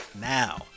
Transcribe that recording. now